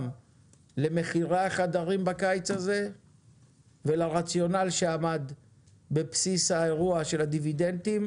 למחירי החדרים בקיץ הזה ולרציונל שעמד בבסיס האירוע של הדיבידנדים,